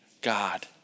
God